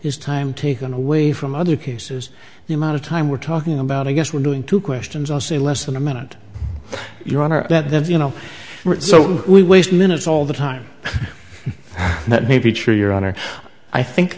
is time taken away from other cases the amount of time we're talking about i guess we're doing two questions i'll say less than a minute your honor that then you know so we waste minutes all the time that may be true your honor i think